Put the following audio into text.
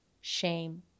shame